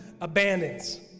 abandons